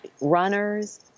runners